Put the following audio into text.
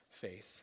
faith